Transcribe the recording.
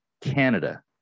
Canada